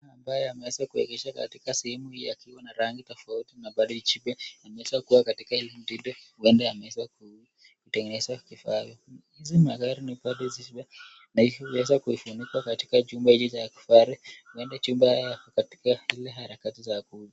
Ambaye ameweza kuegesha katika sehemu hii ya katikati pakiwa na rangi jeupe na imeweza kukaa katika ile mtindo huweza akawa anatengenezewa kifaa. Hizi magari ziweze kuwa na kitu ziweze kufunikwa.